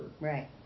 Right